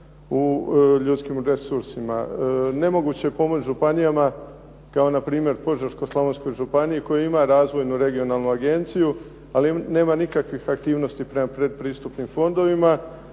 u ljudskim resursima. Nemoguće je pomoći županijama kao npr. Požeško-slavonskoj županiji koja ima Razvojnu regionalnu agenciju ali nema nikakvih aktivnosti prema predpristupnim fondovima